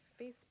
Facebook